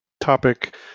topic